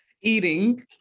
Eating